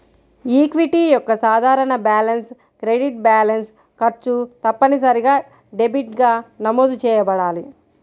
equity యొక్క సాధారణ balance credit balance, ఖర్చు తప్పనిసరిగా డెబిట్గా నమోదు చేయబడాలి